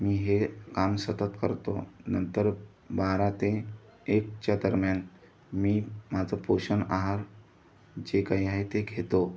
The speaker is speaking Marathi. मी हे काम सतत करतो नंतर बारा ते एकच्या दरम्यान मी माझं पोषण आहार जे काही आहे ते घेतो